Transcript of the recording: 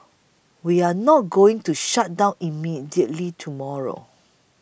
we are not going to shut down immediately tomorrow